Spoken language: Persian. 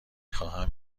خواهم